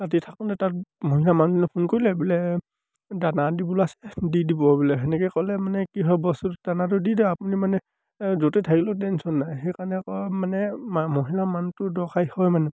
ৰাতি থাকোঁতে তাত মহিলা মানুহজনীলৈ ফোন কৰিলে বোলে দানা দিবলৈ আছিলে দি দিব বোলে সেনেকৈ ক'লে মানে কি হ'য় বস্তুটো দানাটো দি দিয়া আপুনি মানে য'তে থাকিলেও টেনশ্যন নাই সেইকাৰণে আকৌ মানে মহিলা মানুহটো দৰকাৰী হয় মানে